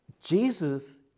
Jesus